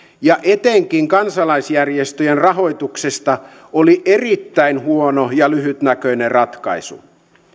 ja etenkin kansalaisjärjestöjen rahoituksesta oli erittäin huono ja lyhytnäköinen ratkaisu